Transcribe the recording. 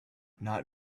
not